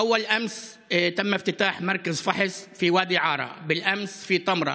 (אומר דברים בשפה הערבית, להלן תרגומם: